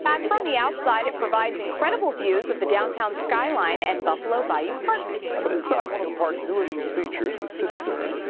from the outside, it provides incredible views of the downtown skyline and buffalo bayou park. but inside one of the park's newest features, the cistern,